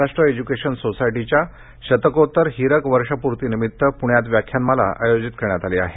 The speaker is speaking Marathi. महाराष्ट्र एज्केशन सोसायटीच्या शतकोत्तर हीरक वर्षपूर्तीनिमित प्ण्यात व्याख्यानमाला आयोजित करण्यात आली आहे